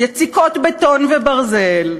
יציקות בטון וברזל,